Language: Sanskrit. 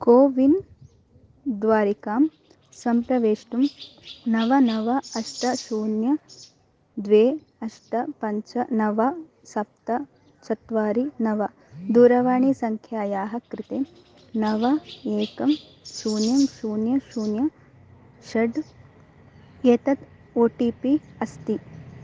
कोविन् द्वारिकां सम्प्रवेष्टुं नव नव अष्ट शून्य द्वे अष्ट पञ्च नव सप्त चत्वारि नव दूरवाणीसङ्ख्यायाः कृते नव एकं शून्यं शून्यं शून्यं षट् एतत् ओ टि पि अस्ति